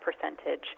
percentage